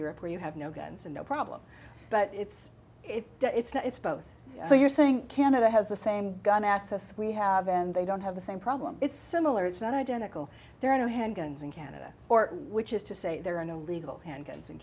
europe where you have no guns and no problem but it's it's it's not it's both so you're saying canada has the same gun access we have and they don't have the same problem it's similar it's not identical there are no handguns in canada or which is to say there are no legal handguns in